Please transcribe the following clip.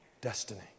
destiny